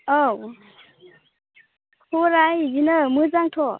औ खबरा इदिनो मोजांथ'